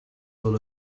all